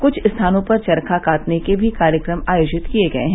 कुछ स्थानों पर चरखा कातने के भी कार्यक्रम आयोजित किए गये हैं